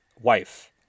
wife